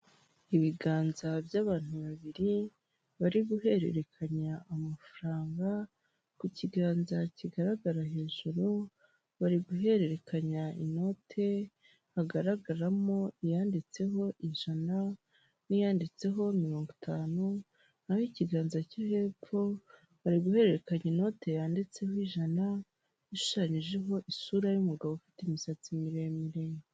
Umugore wicaye mu biro , umugore akaba yambaye amataratara, akaba yambaye ikote ry'umukara mu imbere yambariyemo umwambaro w'umweru, imbere yu mugore hakaba hari ameza ateretseho amazi ari mwicupa riri mubwoko bw'inyange.